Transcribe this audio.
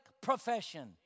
profession